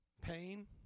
Pain